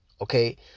okay